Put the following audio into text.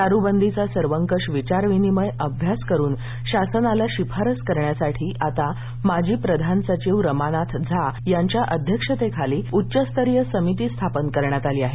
दारूबंदीचा सर्वकष विचारविनिमय अभ्यास करुन शासनास शिफारस करण्यासाठी आता माजी प्रधान सचिव रमानाथ झायांच्या अध्यक्षतेखाली उच्चस्तरीय समिती स्थापन करण्यात आली आहे